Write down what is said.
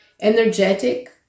energetic